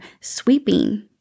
sweeping